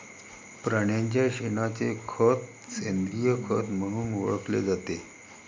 प्राण्यांच्या शेणाचे खत सेंद्रिय खत म्हणून ओळखले जाते